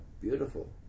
beautiful